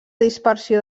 dispersió